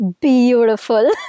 beautiful